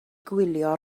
gwylio